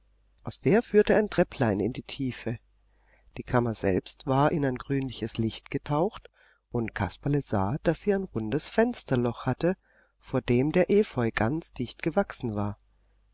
aus der führte ein trepplein in die tiefe die kammer selbst war in ein grünliches licht getaucht und kasperle sah daß sie ein rundes fensterloch hatte vor dem der efeu ganz dicht gewachsen war